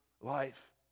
life